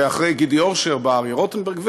ואחרי גידי אורשר בא אריה רוטנברג,